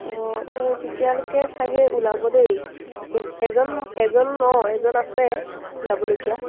অঁ অঁ তেতিয়ালৈকে চাগে ওলাব দেই এজন এজন অঁ এজন আছে ওলাবলগীয়া